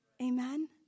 Amen